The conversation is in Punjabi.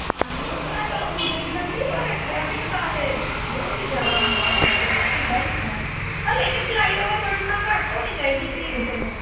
ਹਾਂਜੀ ਉਸ ਤਰ੍ਹਾਂ ਚਲੋ ਗੁਰੂ ਦੀ ਨਗਰੀ ਪਰ ਟ੍ਰੈਫਿਕ ਦਾ ਤਾਂ ਬਹੁਤ ਹੀ ਜ਼ਿਆਦਾ ਮਾੜਾ ਹਾਲ ਹੋ ਗਿਆ ਭੀੜਾਂ ਹੀ ਭੀੜਾਂ ਆ ਹਲੇ ਕਿ ਫਲਾਈਓਵਰ ਬਣਨ ਨਾਲ ਘੱਟ ਹੋਣੀ ਚਾਹੀਦੀ ਭੀੜ ਸਗੋਂ